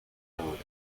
relative